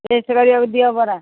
test କରିବାକୁ ଦିଅ ବରା